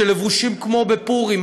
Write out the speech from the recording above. שלבושים כמו בפורים,